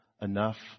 enough